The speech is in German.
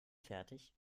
fertig